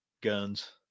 guns